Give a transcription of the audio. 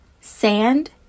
sand